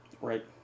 right